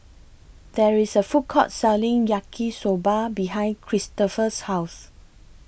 There IS A Food Court Selling Yaki Soba behind Cristofer's House